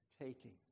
Taking